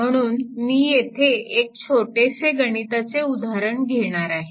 म्हणून मी येथे एक छोटेसे गणिताचे उदाहरण घेणार आहे